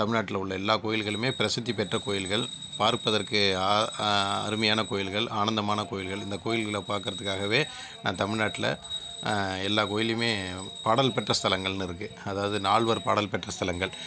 தமிழ்நாட்டில உள்ள எல்லா கோயில்களுமே பிரசித்தி பெற்ற கோயில்கள் பார்ப்பதற்கு அருமையான கோயில்கள் ஆனந்தமான கோயில்கள் இந்த கோயில்களை பார்க்கறதுக்காகவே நான் தமிழ்நாட்டில எல்லா கோயில்லயுமே பாடல் பெற்ற ஸ்தலங்கள்னு இருக்குது அதாவது நால்வர் பாடல் பெற்ற ஸ்தலங்கள்